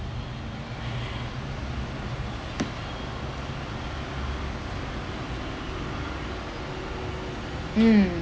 mm